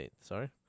sorry